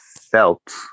felt